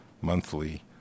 Monthly